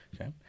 Okay